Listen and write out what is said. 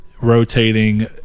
Rotating